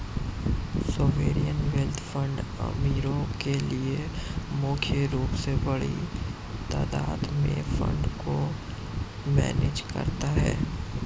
sovereign wealth fund अमीरो के लिए मुख्य रूप से बड़ी तादात में फंड को मैनेज करता है